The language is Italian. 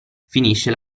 finisce